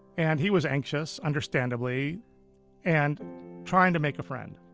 and he was anxious understandably and trying to make a friend.